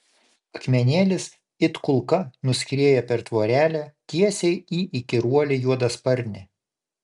akmenėlis it kulka nuskrieja per tvorelę tiesiai į įkyruolį juodasparnį